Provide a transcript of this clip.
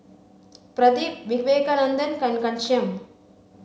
Pradip Vivekananda and Ghanshyam